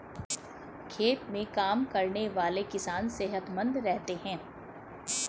खेत में काम करने वाले किसान सेहतमंद रहते हैं